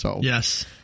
Yes